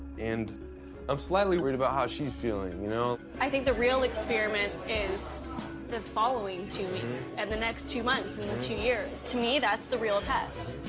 and i'm slightly worried about how she's feeling, you know? i think the real experiment is the following two weeks and the next two months and two years. to me, that's the real test.